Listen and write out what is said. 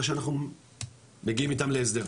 מה שאנחנו מגיעים איתם להסדר.